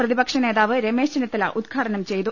പ്രതിപക്ഷനേതാവ് രമേശ് ചെന്നിത്തല ഉദ്ഘാടനം ചെയ്തു